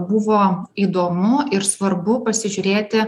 buvo įdomu ir svarbu pasižiūrėti